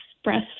express